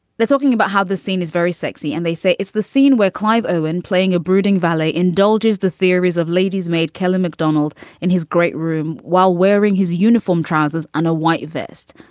they're talking about how the scene is very sexy. and they say it's the scene where clive owen, playing a brooding valet, indulges the theories of lady's maid kelly macdonald in his great room while wearing his uniform trousers and a white vest.